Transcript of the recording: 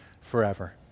forever